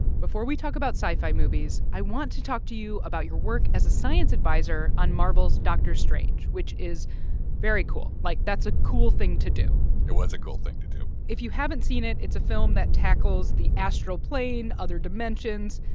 before we talk about sci-fi movies, i want to talk to you about your work as a science adviser on marvel's doctor strange, which is very cool. like, that's a cool thing to do it was a cool thing to do if you haven't seen it, it's a film that tackles the astral plane, other dimensions.